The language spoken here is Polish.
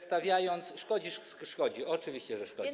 Szkodzi, szkodzi, oczywiście, że szkodzi.